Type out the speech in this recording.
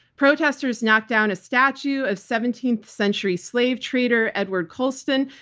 protesters knocked down a statue of seventeenth century slave trader, edward colston,